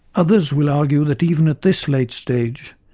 others will argue that even at this late stage,